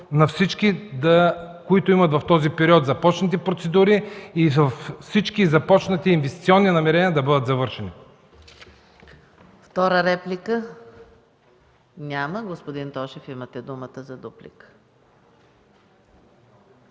на всички, които имат в този период започнати процедури и всички започнати инвестиционни намерения да бъдат завършени.